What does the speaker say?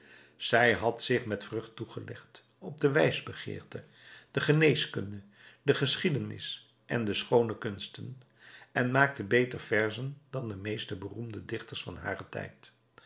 zij had zich met vrucht toegelegd op de wijsbegeerte de geneeskunde de geschiedenis en de schoone kunsten en maakte beter verzen dan de meest beroemde dichters van haren tijd